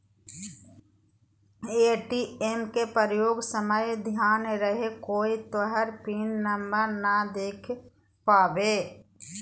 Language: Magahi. ए.टी.एम के प्रयोग समय ध्यान रहे कोय तोहर पिन नंबर नै देख पावे